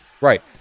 Right